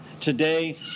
Today